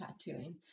tattooing